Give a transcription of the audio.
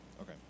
Okay